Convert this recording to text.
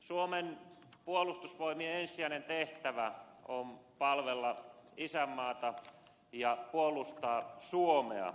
suomen puolustusvoimien ensisijainen tehtävä on palvella isänmaata ja puolustaa suomea